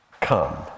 come